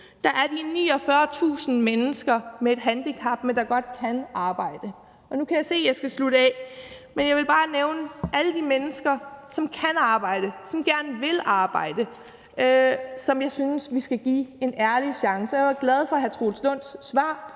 der er de 49.000 mennesker med et handicap, men som godt kan arbejde. Nu kan jeg se, at jeg skal slutte af, så jeg vil bare nævne alle de mennesker, som kan arbejde, som gerne vil arbejde, og dem synes jeg vi skal give en ærlig chance. Jeg var glad for hr. Troels Lund